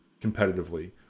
competitively